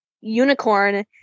unicorn